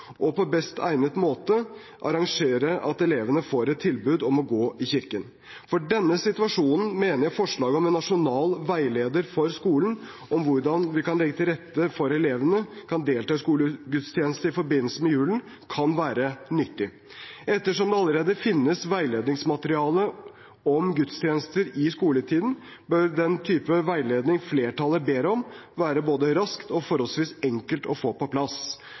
tilbud om å gå i kirken. For denne situasjonen mener jeg forslaget om en nasjonal veileder for skolen om hvordan vi kan legge til rette for at elevene kan delta i skolegudstjeneste i forbindelse med julen, kan være nyttig. Ettersom det allerede finnes veiledningsmateriale om gudstjenester i skoletiden, bør den type veiledning flertallet ber om, være både raskt og forholdsvis enkelt å få på plass.